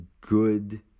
good